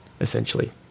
essentially